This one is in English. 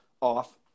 off